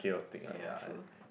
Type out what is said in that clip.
ya true